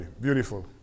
Beautiful